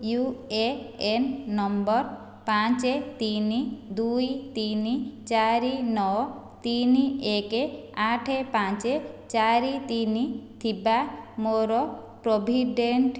you A N number ପାଞ୍ଚ ତିନି ଦୁଇ ତିନି ଚାରି ନଅ ତିନି ଏକ ଆଠ ପାଞ୍ଚ ଚାରି ତିନି ଥିବା ମୋର ପ୍ରୋଭିଡ଼େଣ୍ଟ୍